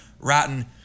rotten